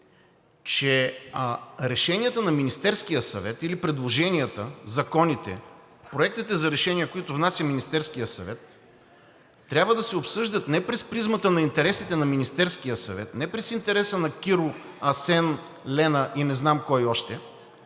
че решенията на Министерския съвет или предложенията, законите, проектите за решения, които внася Министерският съвет, трябва да се обсъждат не през призмата на интересите на Министерския съвет, не през интереса на Киро, Асен, Лена и не знам кой още,